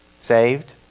saved